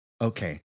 okay